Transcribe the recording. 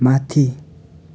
माथि